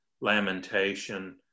lamentation